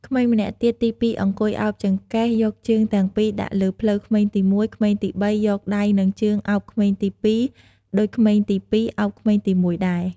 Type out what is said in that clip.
ក្មេងម្នាក់ទៀតទី២ អង្គុយ ឱបចង្កេះយកជើងទាំងពីរដាក់លើភ្លៅក្មេងទី១ ក្មេងទី៣ យកដៃនឹងជើងឱបក្មេងទី២ ដូចក្មេងទី២ ឱបក្មេងទី១ ដែរ។